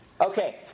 Okay